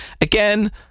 again